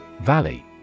Valley